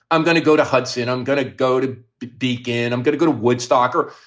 i'm going to go to hudson. i'm going to go to deacon. i'm going to go to woodstock. or,